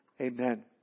Amen